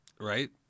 Right